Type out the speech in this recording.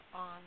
on